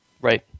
Right